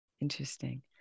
Interesting